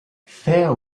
fair